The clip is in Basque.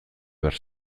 behar